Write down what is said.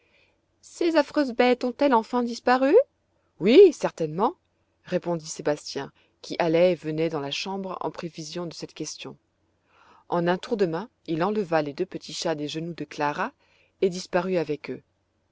ces affreuses bêtes ont-elles enfin disparu oui certainement répondit sébastien qui allait et venait dans la chambre en prévision de cette question en un tour de main il enleva les deux petits chats des genoux de clara et disparut avec eux